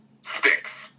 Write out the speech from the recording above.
Sticks